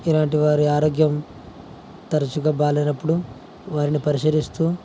ఇలాంటి వారి ఆరోగ్యం తరచుగా బాగా లేనప్పుడు వారిని పరిశీలిస్తూ